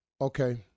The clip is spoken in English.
Okay